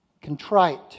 contrite